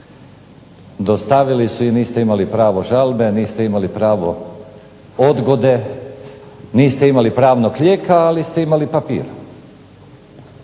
Dostavili su i niste imali pravo žalbe, niste imali pravo odgode, niste imali pravnog lijeka, ali ste imali papir.